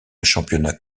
championnat